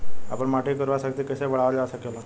आपन माटी क उर्वरा शक्ति कइसे बढ़ावल जा सकेला?